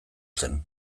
zen